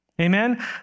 Amen